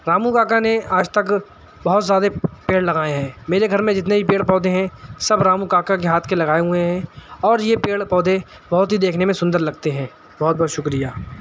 رامو کاکا نے آج تک بہت زیادہ پیڑ لگائے ہیں میرے گھر میں جتنے بھی پیڑ پودے ہیں سب رامو کاکا کے ہاتھ کے لگائے ہوئے ہیں اور یہ پیڑ پودے بہت ہی دیکھنے میں سندر لگتے ہیں بہت بہت شکریہ